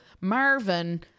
Marvin